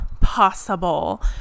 possible